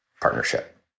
partnership